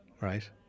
Right